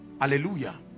hallelujah